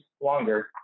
longer